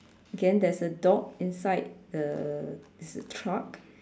again there is a dog inside the is a truck